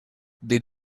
did